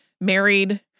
married